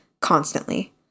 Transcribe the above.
constantly